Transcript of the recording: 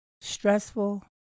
stressful